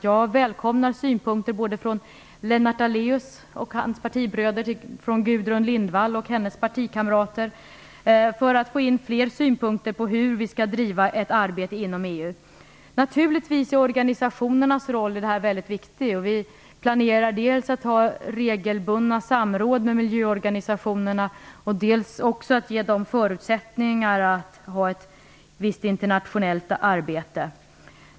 Jag välkomnar därför synpunkter från både Lennart Daléus och hans partibröder och Gudrun Lindvall och hennes partikamrater om hur vi skall driva ett arbete inom EU. Naturligtvis är organisationernas roll i det här väldigt viktig. Vi planerar dels att ha regelbundna samråd med miljöorganisationerna, dels att ge dem förutsättningar att bedriva ett visst internationellt arbete.